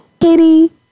Katie